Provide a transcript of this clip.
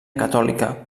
catòlica